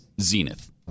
zenith